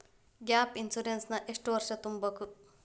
Gap insurance ನ ಎಷ್ಟ್ ವರ್ಷ ತುಂಬಕು?